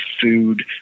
food